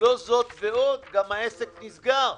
לא זאת ועוד - גם העסק נסגר,